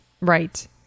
Right